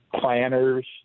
planners